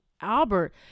Albert